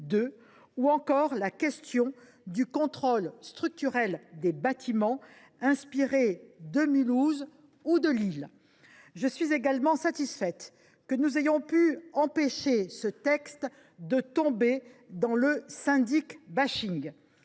ou encore celles relatives au contrôle structurel des bâtiments, inspirées de Mulhouse ou de Lille. Je suis également satisfaite que nous ayons pu éviter de tomber dans le syndic .